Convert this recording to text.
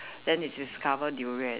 then they discover durian